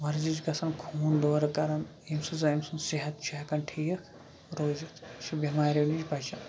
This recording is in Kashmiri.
وَرزِش گژھان خوٗن دورٕ کَرَن ییٚمہِ سۭتۍ زَن أمۍ سُنٛد صحت چھِ ہٮ۪کان ٹھیٖک روٗزِتھ یہِ چھُ بٮ۪ماریو نِش بَچان